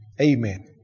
Amen